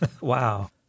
Wow